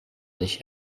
nicht